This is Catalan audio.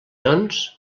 doncs